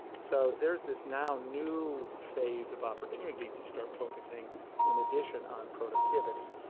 so there's this now new phase of opportunity to start focusing in addition on productivity.